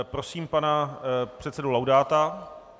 Prosím pana předsedu Laudáta.